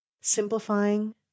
Simplifying